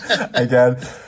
Again